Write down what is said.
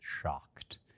shocked